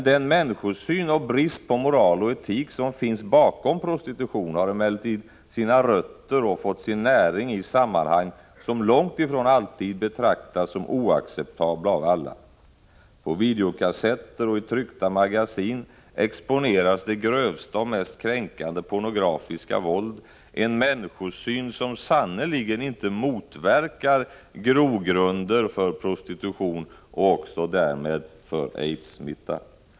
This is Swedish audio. Den människosyn och brist på moral och etik som finns bakom prostitutionen har emellertid sina rötter och har fått sin näring i sammanhang som långt ifrån alltid betraktas som oacceptabla av alla. På videokassetter och i tryckta magasin exponeras det grövsta och mest kränkande pornografiska våld, en människosyn som sannerligen inte motverkar grogrunden för prostitution och därmed också för aidssmitta.